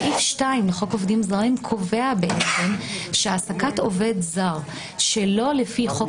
סעיף 2 לחוק עובדים זרים קובע שהעסקת עובד זר שלא לפי חוק